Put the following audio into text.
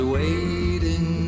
waiting